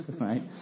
right